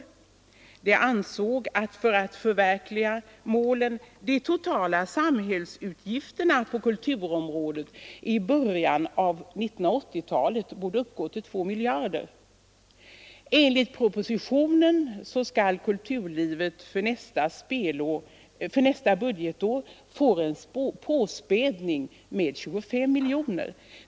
Rådet ansåg att för att förverkliga målen borde de totala samhällsutgifterna på kulturområdet i början av 1980-talet uppgå till 2 miljarder kronor. Enligt propositionen skall kulturlivet för nästa budgetår få en påspädning med 25 miljoner.